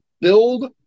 Build